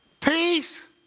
Peace